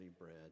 bread